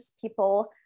people